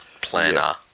planner